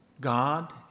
God